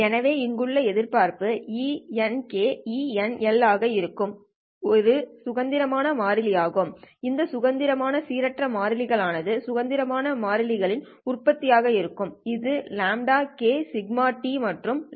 எனவே இங்குள்ள எதிர்பார்ப்பு ENkENL ஆக இருக்கும் இது சுதந்திரமான மாறிகள் ஆகும் இந்த சுதந்திரமான சீரற்ற மாறிகள் ஆனது சுதந்திரமான மாறிகளின் உற்பத்தியாக இருக்கும் இது λkδt மற்றும் λLδt